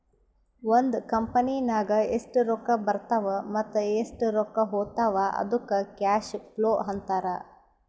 ಒಂದ್ ಕಂಪನಿನಾಗ್ ಎಷ್ಟ್ ರೊಕ್ಕಾ ಬರ್ತಾವ್ ಮತ್ತ ಎಷ್ಟ್ ರೊಕ್ಕಾ ಹೊತ್ತಾವ್ ಅದ್ದುಕ್ ಕ್ಯಾಶ್ ಫ್ಲೋ ಅಂತಾರ್